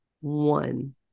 one